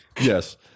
yes